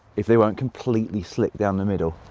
if they weren't completely slick down the middle.